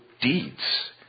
deeds